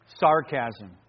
Sarcasm